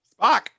spock